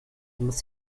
muss